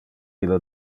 ille